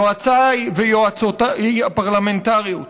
יועציי ויועצותיי הפרלמנטריים: